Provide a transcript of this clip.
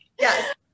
Yes